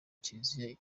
kiriziya